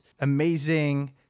amazing